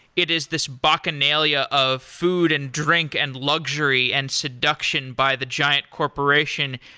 it is this bacchanalia of food, and drink, and luxury, and seduction by the giant corporation.